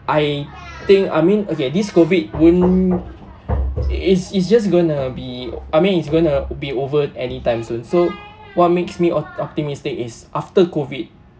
I think I mean okay this COVID won't it's it's just gonna be I mean is gonna be over anytime soon so what makes me op~ optimistic is after COVID